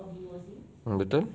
mm betul